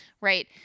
Right